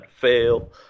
fail